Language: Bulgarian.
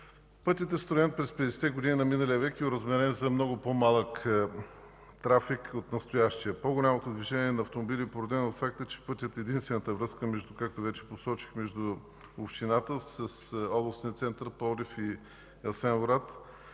Пътят е строен през 50-те години на миналия век и е оразмерен за много по-малък трафик от настоящия. По-голямото движение на автомобили е породено от факта, че пътят е единствената връзка, както вече посочих, между общината с областния център Пловдив и Асеновград.